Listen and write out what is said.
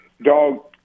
dog